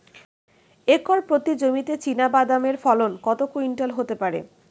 Acre প্রতি জমিতে চীনাবাদাম এর ফলন কত কুইন্টাল হতে পারে?